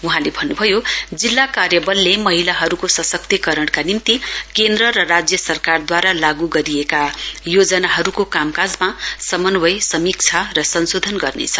वहाँले भन्नुभयो जिल्ला कार्यावलले महिलाहरूको सशक्तीकरणका निम्ति केन्द्र र राज्य सरकारद्वारा लागू गरिएका योजनाहरूको कामकाजमा समन्वय समीक्षा र संशोधन गर्नेछ